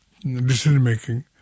decision-making